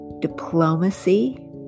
Diplomacy